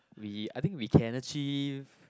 we I think we can achieve